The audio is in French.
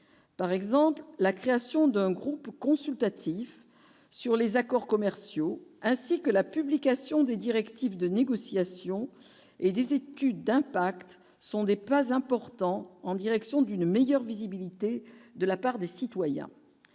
par exemple la création d'un groupe consultatif sur les accords commerciaux ainsi que la publication des directives de négociation et des études d'impact sont des pas importants en direction d'une meilleure visibilité de la part des citoyens,